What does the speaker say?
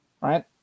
right